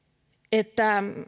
että